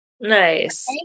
Nice